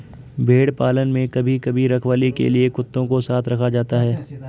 भेड़ पालन में कभी कभी रखवाली के लिए कुत्तों को साथ रखा जाता है